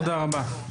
תודה רבה.